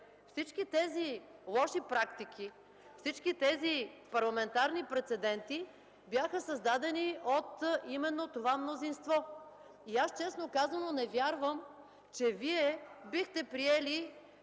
Всички тези лоши практики, всички тези парламентарни прецеденти бяха създадени именно от това мнозинство. Честно казано, не вярвам, че Вие бихте приели